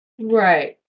right